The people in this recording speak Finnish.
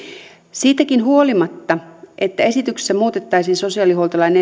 siitäkin huolimatta että esityksessä muutettaisiin sosiaalihuoltolain